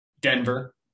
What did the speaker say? Denver